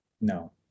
No